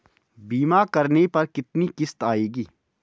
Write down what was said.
बीमा करने पर कितनी किश्त आएगी?